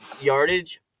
yardage